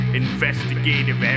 investigative